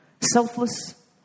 Selfless